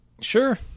Sure